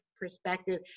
perspective